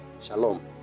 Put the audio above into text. Shalom